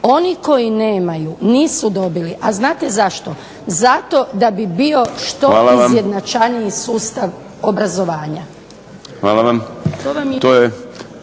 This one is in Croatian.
Oni koji nemaju nisu dobili, a znate zašto? Zato da bi bio što izjednačajniji sustav obrazovanja. **Šprem,